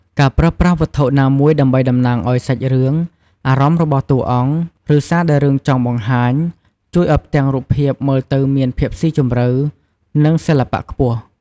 ការប្រើប្រាស់វត្ថុណាមួយដើម្បីតំណាងឱ្យសាច់រឿង អារម្មណ៍របស់តួអង្គ ឬសារដែលរឿងចង់បង្ហាញ ជួយឱ្យផ្ទាំងរូបភាពមើលទៅមាន ភាពស៊ីជម្រៅ និងសិល្បៈខ្ពស់ ។